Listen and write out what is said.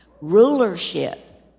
Rulership